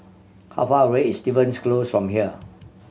how far away is Stevens Close from here